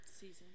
Season